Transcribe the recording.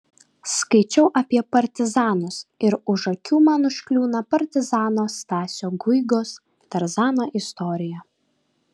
skaičiau apie partizanus ir už akių man užkliūna partizano stasio guigos tarzano istorija